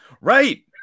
Right